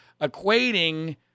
equating